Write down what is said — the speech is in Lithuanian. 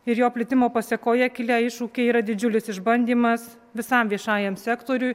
ir jo plitimo pasekoje kilę iššūkiai yra didžiulis išbandymas visam viešajam sektoriui